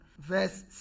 verse